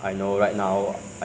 you know like from the